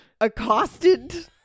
accosted